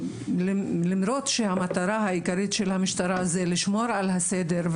למרות שהמטרה העיקרית של המשטרה זה לשמור על הסדר,